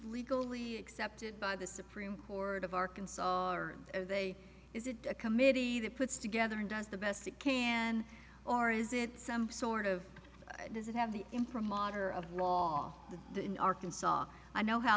legally accepted by the supreme court of arkansas are they is it a committee that puts together and does the best it can or is it some sort of does it have the in from mater of law in arkansas i know how